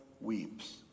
Weeps